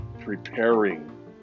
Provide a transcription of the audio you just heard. preparing